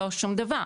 לא שום דבר.